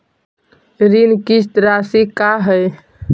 ऋण किस्त रासि का हई?